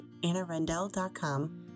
AnnaRendell.com